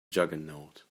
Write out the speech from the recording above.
juggernaut